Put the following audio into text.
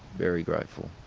very grateful